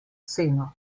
ceno